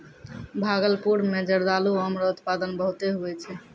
भागलपुर मे जरदालू आम रो उत्पादन बहुते हुवै छै